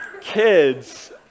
kids